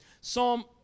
Psalm